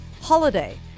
holiday